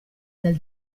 del